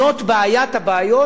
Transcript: זאת בעיית הבעיות,